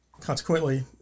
consequently